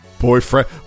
Boyfriend